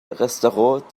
restaurant